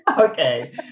Okay